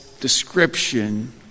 description